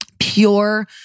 pure